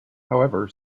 however